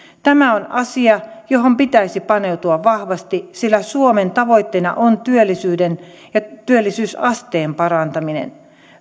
tämä on asia johon pitäisi paneutua vahvasti sillä suomen tavoitteena on työllisyyden ja työllisyysasteen parantaminen